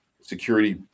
security